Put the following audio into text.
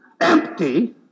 Empty